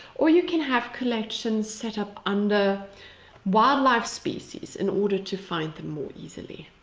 or you can have collections set-up under wildlife species, in order to find them more easily.